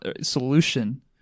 solution